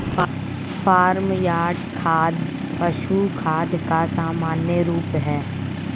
farm yard खाद पशु खाद का सामान्य रूप है